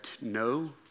no